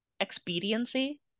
expediency